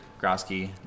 Grosky